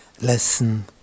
lesson